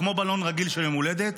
כמו בלון רגיל של יום הולדת,